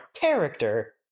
character